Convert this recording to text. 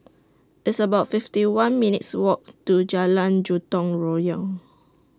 It's about fifty one minutes' Walk to Jalan Gotong Royong